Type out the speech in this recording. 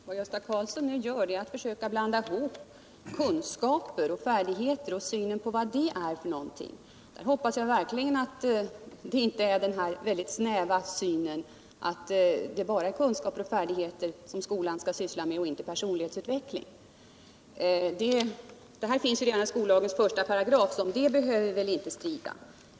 Vad Gösta Karlsson nu gör är att han blundar ihop ett allmänt tal om kunskaper och färdigheter med vad som skall läggas in 1 begreppen baskunskaper och basfärdigheter. Jag utgår från att Gösta Karlsson inte har en så snäv syn att skolan bara skall ge kunskaper och färdigheter och utelämna personlighetsutvecklingen. Detta finns inskrivet redan i Idi skollagen. och om detta behöver vi väl inte strida.